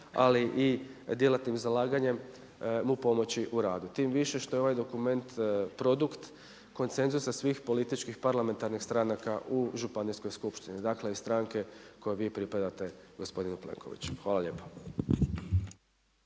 ali i djelatnim zalaganjem mu pomoći u radu. Tim više što je ovaj dokument produkt konsenzusa svih političkih parlamentarnih stranaka u županijskoj skupštini. Dakle i stranke kojoj vi pripadate gospodine Plenkoviću. Hvala lijepa.